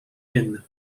inn